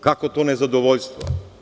Kako to nezadovoljstvo?